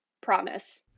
Promise